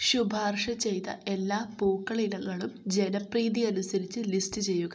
ശുപാർശ ചെയ്ത എല്ലാ പൂക്കൾ ഇനങ്ങളും ജനപ്രീതി അനുസരിച്ച് ലിസ്റ്റ് ചെയ്യുക